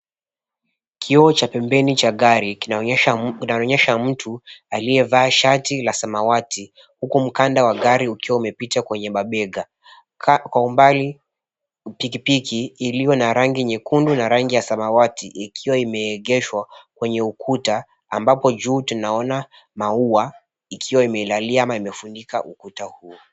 Kioo cha pembeni cha gari kinaonyesha mtu aliyevaa shati la samawati huku mkanda wa gari ukiwa umepita kwenye mabega. Kwa umbali pikipiki ilio na rangi nyekundu na rangi ya samawati ikiwa imeegeshwa kwenye ukuta ambapo juu tunaona maua ikiwa imelalia ama imefunika ukuta huo.